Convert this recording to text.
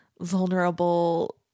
vulnerable